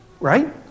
Right